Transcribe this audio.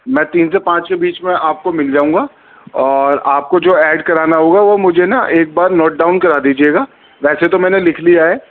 میں تین سے پانچ کے بیچ میں آپ کو مل جاؤں گا اور آپ کو جو ایڈ کرانا ہوگا وہ مجھے نہ ایک بار نوٹ ڈاؤن کرا دیجیے گا ویسے تو میں نے لکھ لیا ہے